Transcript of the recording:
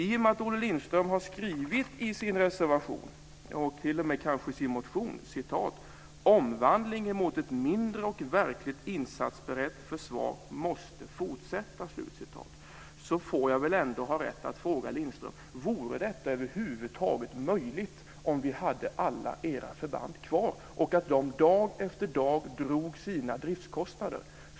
I och med att Olle Linström har skrivit i sin reservation - och kanske t.o.m. i sin motion att "omvandlingen mot ett mindre och verkligt insatsberett försvar måste fortsätta" får jag väl ändå ha rätt att fråga Lindström en sak. Vore detta över huvud taget möjligt om vi hade alla era förband kvar och att de dag efter dag drog sina driftskostnader?